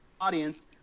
audience